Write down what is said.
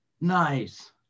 Nice